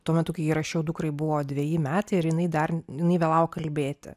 tuo metu kai jį rašiau dukrai buvo dveji metai ir jinai dar jinai vėlavo kalbėti